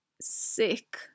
sick